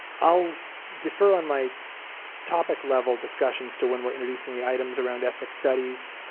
ah defer on my topic level discussions to when we are introducing the items around ethnic studies,